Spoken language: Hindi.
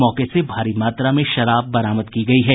मौके से भारी मात्रा में देशी शराब बरामद की गयी है